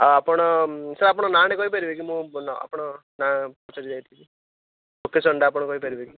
ଆ ଆପଣ ସାର୍ ଆପଣ ନାଁ ଟା କହିପାରିବେ କି ମୁଁ ଆପଣ ନାଁ ପଚାରିକି ଯାଇ ପାରିବି ଲୋକେସନ୍ଟା ଆପଣ କହିପାରିବେ କି